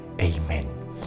Amen